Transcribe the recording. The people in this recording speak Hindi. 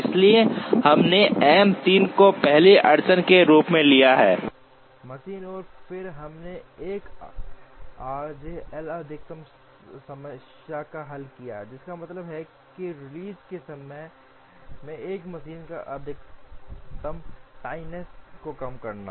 इसलिए हमने एम 3 को पहली अड़चन के रूप में लिया मशीन और फिर हमने 1 आरजे एल अधिकतम समस्या का हल किया जिसका मतलब है कि रिलीज के समय में एक मशीन पर अधिकतम टार्डनेस को कम करना